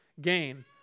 gain